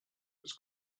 its